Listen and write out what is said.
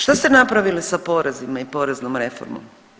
Šta ste napravili sa porezima i poreznom reformom?